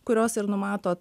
kurios ir numato